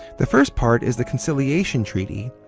the first part is the conciliation treaty,